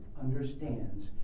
understands